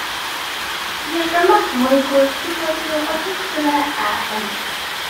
grieždama smuiku suvokiu aplink save esant